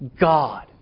God